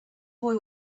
boy